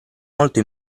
molto